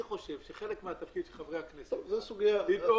אני חושב שחלק מהתפקיד של חברי הכנסת לדאוג